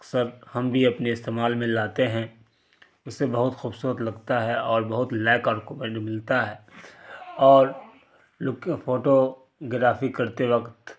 سر ہم بھی اپنے استعمال میں لاتے ہیں اس سے بہت خوبصورت لگتا ہے اور بہت لائک اور کومنٹ ملتا ہے اور لک فوٹوگرافی کرتے قت